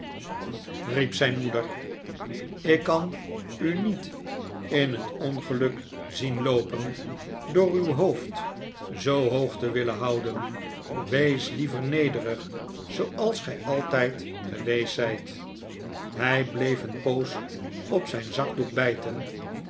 zijn moeder ik kan u niet in het ongeluk zien loopen door uw hoofd zoo hoog te willen houden wees liever nederig zooals gij altijd geweest zijt hij bleef een poos op zijn zakdoek bijten